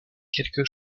quelque